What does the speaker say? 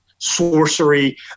Sorcery